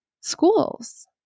schools